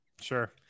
Sure